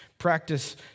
Practice